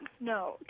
no